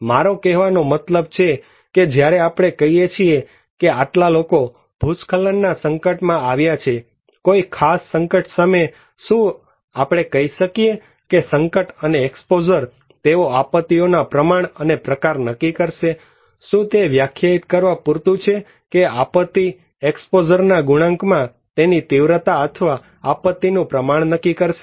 મારો કહેવાનો મતલબ છે કે જ્યારે આપણે કહીએ છીએ કે આટલા લોકો ભૂસ્ખલનના સંકટમાં આવ્યા છે કોઈ ખાસ સંકટ સામે શું આપણે કહી શકીએ કે સંકટ અને એક્સપોઝર તેઓ આપત્તિઓ ના પ્રમાણ અને પ્રકાર નક્કી કરશે શું તે વ્યાખ્યાયિત કરવા પૂરતું છે કે આપત્તિ એક્સપોઝરના ગુણાંકમાં તેની તીવ્રતા અથવા આપત્તિ નું પ્રમાણ નક્કી કરશે